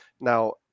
Now